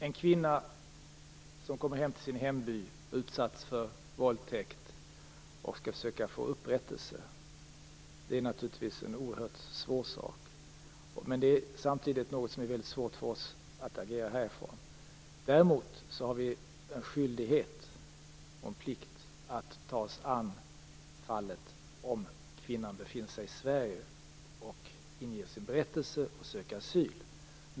Herr talman! En kvinna som utsatts för våldtäkt och som kommer hem till sin hemby och skall försöka få upprättelse - det är naturligtvis en väldigt svår sak. Men det är samtidigt en sak som det är väldigt svårt för oss att agera för härifrån. Däremot har vi en skyldighet och en plikt att ta oss an fallet om kvinnan befinner sig i Sverige, inger sin berättelse och söker asyl.